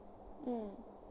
mm